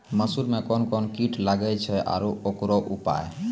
मसूर मे कोन कोन कीट लागेय छैय आरु उकरो उपाय?